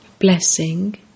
Blessing